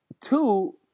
Two